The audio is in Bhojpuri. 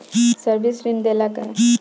ये सर्विस ऋण देला का?